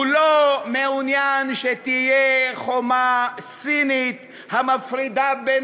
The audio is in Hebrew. הוא לא מעוניין שתהיה חומה סינית המפרידה בין